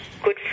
good